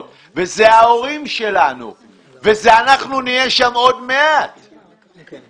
ואלה ההורים שלנו ואנחנו עוד מעט נהיה שם.